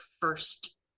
first